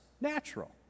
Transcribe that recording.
natural